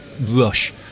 rush